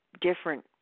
different